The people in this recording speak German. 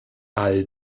all